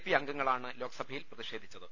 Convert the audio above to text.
P അംഗങ്ങളാണ് ലോക്സഭയിൽ പ്രതിഷേധിച്ചത്